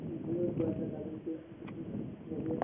مےٚ حظ باسیو تَتِتھ کہِ بہٕ چھُس واریاہ